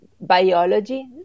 biology